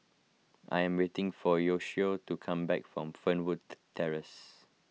I am waiting for Yoshio to come back from Fernwood Terrace